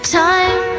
time